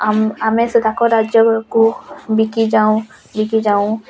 ଆମ ଆମେ ସେ ତାଙ୍କ ରାଜ୍ୟକୁ ବିକି ଯାଉଁ ବିକି ଯାଉଁ